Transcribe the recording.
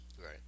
Right